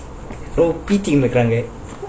pity